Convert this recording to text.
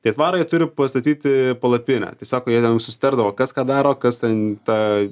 tie atvarę jie turi pastatyti palapinę tiesiog jie jau susitardavo kas ką daro kas ten tą